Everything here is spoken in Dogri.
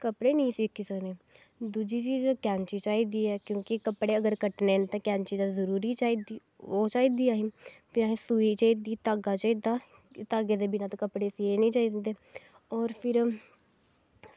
कपड़े नेई सी सकने दूजी चीज़ ऐ कैंची चाहिदी ऐ की के कपड़े अगर कट्टने न ते कैंची ते जरूरी चाहिदी ओह् चाहिदी असें ई होर असेंगी सूई चाहिदी धागा चाहिदा असें ई एह् धागे नै ते कपड़े सीयै जंदे न होर कपड़े